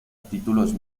títulos